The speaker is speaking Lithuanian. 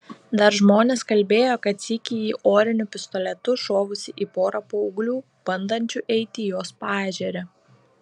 dar žmonės kalbėjo kad sykį ji oriniu pistoletu šovusi į porą paauglių bandančių eiti jos paežere